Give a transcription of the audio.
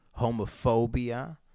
homophobia